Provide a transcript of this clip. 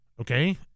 Okay